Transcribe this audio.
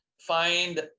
find